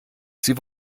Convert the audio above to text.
sie